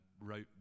wrote